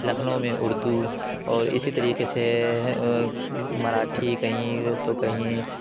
لکھنؤ میں اردو اور اسی طریقے سے مراٹھی کہیں تو کہیں